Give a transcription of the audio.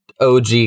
OG